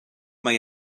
mae